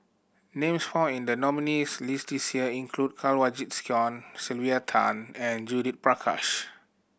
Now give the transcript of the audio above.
names found in the nominees' list this year include Kanwaljit Soin Sylvia Tan and Judith Prakash